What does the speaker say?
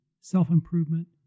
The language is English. self-improvement